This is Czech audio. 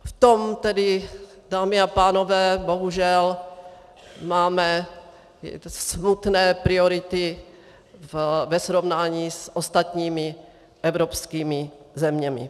V tom tedy, dámy a pánové, bohužel máme smutné priority ve srovnání s ostatními evropskými zeměmi.